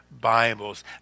Bibles